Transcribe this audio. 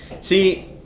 see